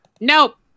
nope